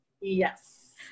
Yes